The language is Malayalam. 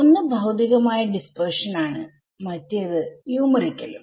ഒന്ന് ഭൌതികമായ ഡിസ്പെർഷൻ ആണ് മറ്റേത് ന്യൂമറിക്കലും